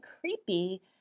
creepy